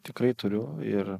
tikrai turiu ir